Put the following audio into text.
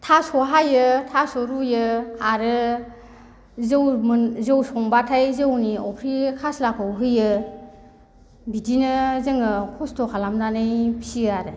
थास' हायो थास' रुयो आरो जौ मोन जौ संबाथाय जौनि अफ्रि खास्लाखौ होयो बिदिनो जोङो खस्थ' खालामनानै फिसियो आरो